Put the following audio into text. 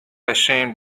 ashamed